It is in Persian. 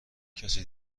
کسی